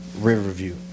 Riverview